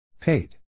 Paid